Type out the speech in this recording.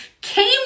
came